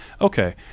Okay